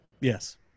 Yes